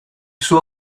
suo